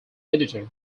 editor